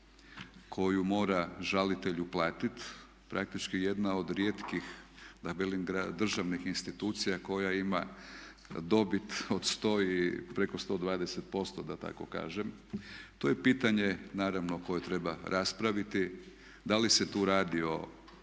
koju mora žalitelj uplatiti praktički jedna od rijetkih da velim državnih institucija koja ima dobit od 100 i, preko 120% da tako kažem. To je pitanje naravno koje treba raspraviti da li se tu radi o